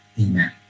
Amen